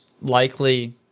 likely